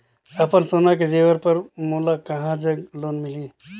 अपन सोना के जेवर पर मोला कहां जग लोन मिलही?